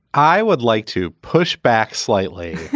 i would like to push back slightly.